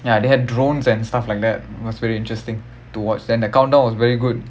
ya they had drones and stuff like that it was very interesting to watch then the countdown was very good